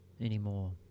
anymore